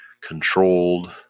controlled